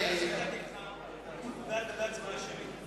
הצבעה שמית,